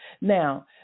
Now